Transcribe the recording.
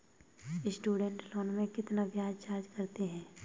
Student loan में कितना ब्याज चार्ज करते हैं?